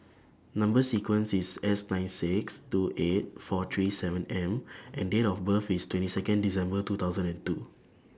Number sequence IS S nine six two eight four three seven M and Date of birth IS twenty Second December two thousand and two